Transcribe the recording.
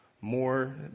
more